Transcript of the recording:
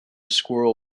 squirrel